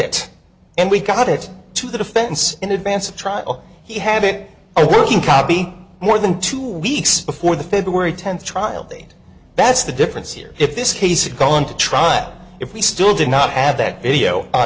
it and we got it to the defense in advance of trial he had it i working copy more than two weeks before the february tenth trial date that's the difference here if this case is going to trial if we still do not have that video